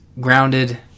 Grounded